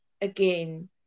again